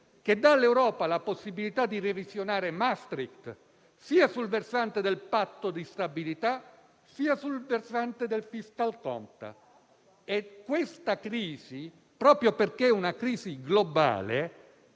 che dà all'Europa la possibilità di revisionare il Trattato di Maastricht, sia sul versante del patto di stabilità, sia sul versante del fiscal compact. Questa crisi, proprio perché è globale,